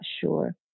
sure